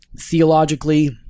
theologically